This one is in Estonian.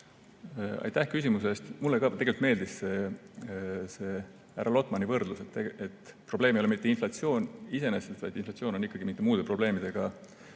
Aitäh küsimuse eest! Mulle ka tegelikult meeldis see härra Lotmani võrdlus. Probleem ei ole mitte inflatsioon iseenesest, vaid inflatsioon on ikkagi muude probleemide